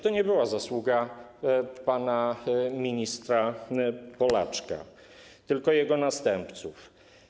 To nie była zasługa pana ministra Polaczka tylko jego następców.